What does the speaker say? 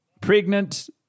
Pregnant